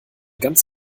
ganz